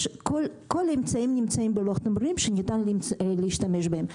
כל האמצעים שניתן להשתמש בהם נמצאים בלוח התמרורים.